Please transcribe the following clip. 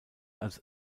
als